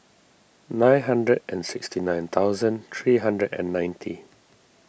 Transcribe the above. nine hundred and sixty nine thousand three hundred and ninety